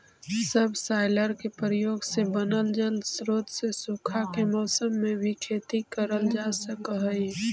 subsoiler के प्रयोग से बनल जलस्रोत से सूखा के मौसम में भी खेती करल जा सकऽ हई